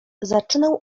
zaczynał